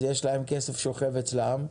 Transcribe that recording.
אז יש להם כסף שוכב אצלם,